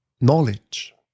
knowledge